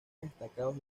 destacados